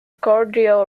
cordial